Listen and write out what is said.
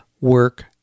work